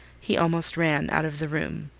he almost ran out of the room.